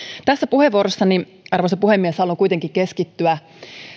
tässä puheenvuorossani arvoisa puhemies haluan kuitenkin keskittyä